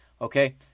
Okay